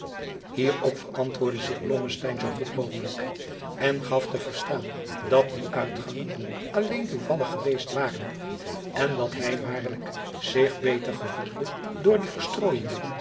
hierop verantwoordde zich blommesteyn zoo goed mogelijk en gaf te verstaan dat die uitgangen alleen toevallig geweest waren en dat hij waarlijk zich beter gevoelde door die